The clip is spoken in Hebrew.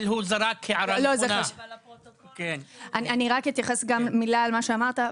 אני רק אתייחס במילה למה שאמרת,